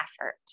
effort